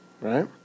right